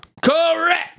Correct